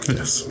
Yes